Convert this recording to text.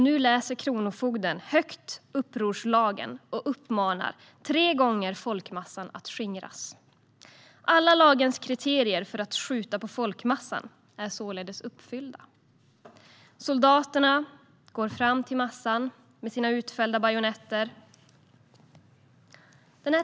Nu läser kronofogden högt upprorslagen och uppmanar tre gånger folkmassan att skingras. Alla lagens kriterier för att skjuta på folkmassan är således uppfyllda. Soldaterna går fram mot massan med fällda bajonetter."